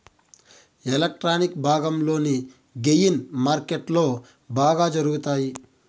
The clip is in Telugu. ఎలక్ట్రానిక్ భాగంలోని గెయిన్ మార్కెట్లో బాగా జరుగుతాయి